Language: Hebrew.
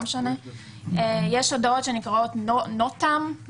יש הודעות שנקראות NOTAM,